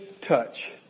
touch